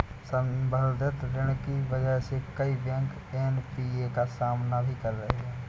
संवर्धित ऋण की वजह से कई बैंक एन.पी.ए का सामना भी कर रहे हैं